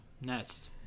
next